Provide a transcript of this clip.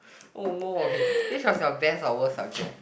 oh no okay which was your best or worst subject